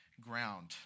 ground